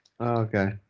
Okay